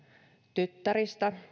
tyttäristä